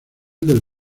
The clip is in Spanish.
del